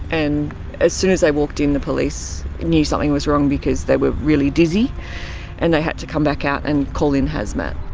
and as soon as they walked in the police knew something was wrong because they were really dizzy and they had to come back out, and call in hazmat.